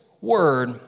word